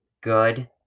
good